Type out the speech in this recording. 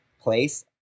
place